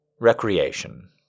Recreation